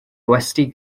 gwesty